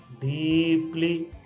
deeply